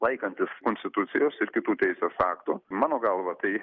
laikantis konstitucijos ir kitų teisės aktų mano galva tai